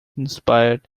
inspired